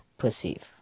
Perceive